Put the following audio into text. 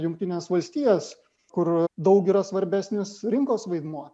jungtines valstijas kur daug yra svarbesnis rinkos vaidmuo